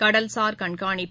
கடல் சார் கண்காணிப்பு